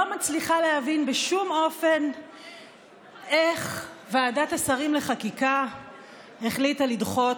לא מצליחה להבין בשום אופן איך ועדת השרים לחקיקה החליטה לדחות,